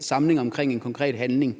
samling omkring en konkret handling.